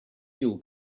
fuel